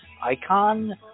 icon